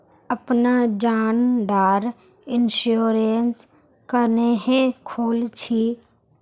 अपना जान डार इंश्योरेंस क्नेहे खोल छी?